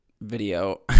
video